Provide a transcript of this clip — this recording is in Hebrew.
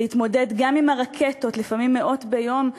להתמודד גם עם הרקטות, לפעמים מאות ביום,